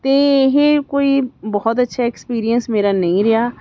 ਅਤੇ ਇਹ ਕੋਈ ਬਹੁਤ ਅੱਛਾ ਐਕਸਪੀਰੀਅੰਸ ਮੇਰਾ ਨਹੀਂ ਰਿਹਾ